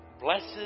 blessed